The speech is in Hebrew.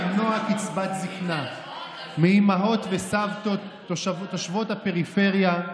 למנוע קצבת זקנה מאימהות וסבתות תושבות הפריפריה,